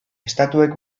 estatuek